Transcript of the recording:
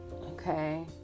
okay